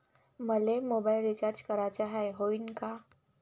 मले mobile recharge कराचा हाय, होईनं का?